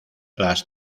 las